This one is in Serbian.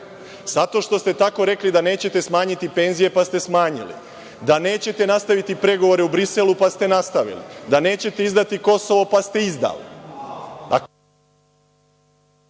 Zato što ste tako rekli da nećete smanjiti penzije, pa ste smanjili, da nećete nastaviti pregovore u Briselu, pa ste nastavili, da nećete izdati Kosovo, pa ste izdali…